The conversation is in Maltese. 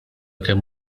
kemm